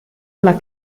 alla